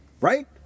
Right